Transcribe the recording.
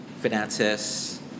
finances